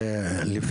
היושב-ראש.